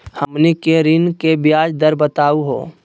हमनी के ऋण के ब्याज दर बताहु हो?